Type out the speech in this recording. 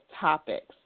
topics